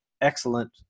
excellent